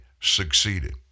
succeeded